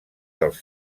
dels